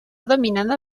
dominada